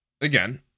again